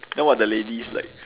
then what the ladies like